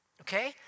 okay